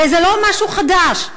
וזה לא משהו חדש.